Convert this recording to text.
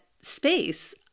space